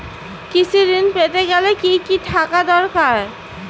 কৃষিঋণ পেতে গেলে কি কি থাকা দরকার?